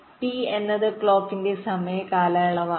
T എന്നത് ക്ലോക്കിന്റെ സമയ കാലയളവാണ്